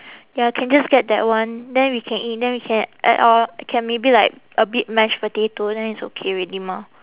ya can just get that one then we can eat then we can add or can maybe like a bit mash potato then it's okay already mah